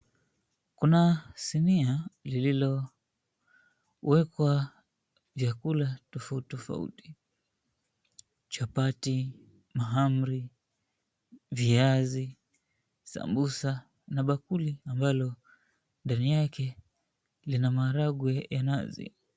Kuna sinia, lililowekwa vyakula tofauti tofauti, chapati, mahamri, viazi, sambusa na bakuli ambalo ndani yake lina maharagwe ya nazi.